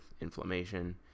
inflammation